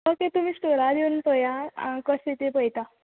okay तुमी स्टोरार येवन पळयात हांव कशें तें पळयता